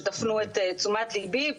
שתפנו את תשומת ליבי,